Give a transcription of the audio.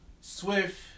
Swift